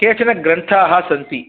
केचन ग्रन्थाः सन्ति